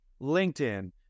LinkedIn